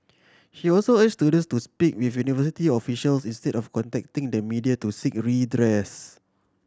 she also urge students to speak with university officials instead of contacting the media to seek redress